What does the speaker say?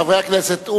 חברי הכנסת,